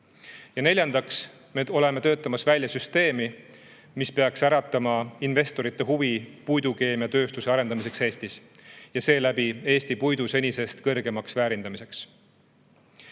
Neljandaks, me oleme töötamas välja süsteemi, mis peaks äratama investorite huvi Eestis puidukeemiatööstuse arendamise ja seeläbi Eesti puidu senisest kõrgema väärindamise